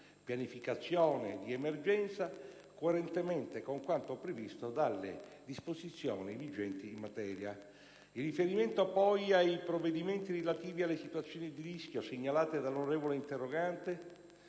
pianificazione di emergenza, coerentemente con quanto previsto dalle disposizioni vigenti in materia. In riferimento, poi, ai provvedimenti relativi alle situazioni di rischio segnalate dall'onorevole senatore